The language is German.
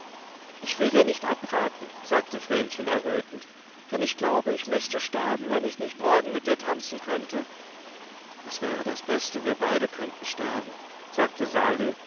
ich will dir nicht abraten sagte vrenchen errötend denn ich glaube ich müßte sterben wenn ich nicht morgen mit dir tanzen könnte es wäre das beste wir beide könnten sterben sagte sali